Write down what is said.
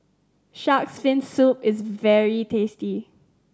Shark's Fin Soup is very tasty